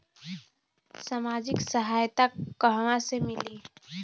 सामाजिक सहायता कहवा से मिली?